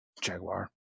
Jaguar